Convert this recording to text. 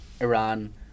Iran